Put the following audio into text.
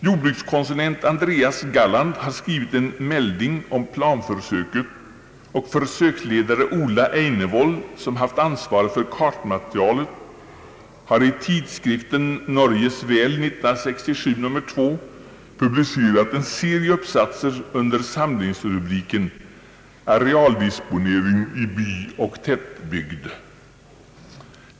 Jordbrukskonsulent Andreas Galland har skrivit en ”melding” om planförsöket och försöksledare Ola Einevoll, som haft ansvaret för kartmaterialet, har i tidskriften Norges vel 1967:2 publicerat en serie uppsatser under samlingsrubriken ”Arealdisponering i by og tettbygd”.